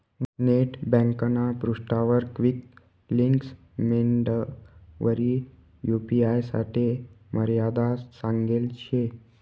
net ब्यांकना पृष्ठावर quick links मेंडवरी यू.पी.आय साठे मर्यादा सांगेल शे